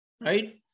right